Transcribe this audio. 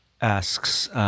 asks